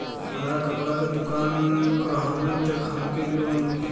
हमार कपड़ा क दुकान हउवे त हमके लोन मिली का?